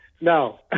No